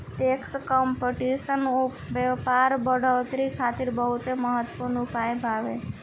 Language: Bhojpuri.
टैक्स कंपटीशन व्यापार बढ़ोतरी खातिर बहुत महत्वपूर्ण उपाय बावे